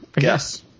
Yes